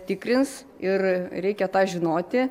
tikrins ir reikia tą žinoti